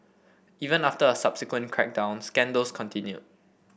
even after a subsequent crackdown scandals continued